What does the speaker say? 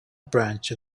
branch